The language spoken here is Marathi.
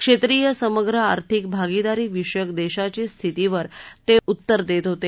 क्षेत्रिय समग्र आर्थिक भागीदारी विषयक देशाची स्थितीवर ते उत्तर देत होते